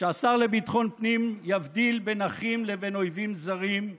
שהשר לביטחון פנים יבדיל בין אחים לבין אויבים זרים,